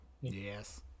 Yes